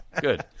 good